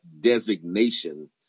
designation